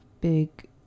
big